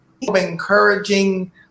encouraging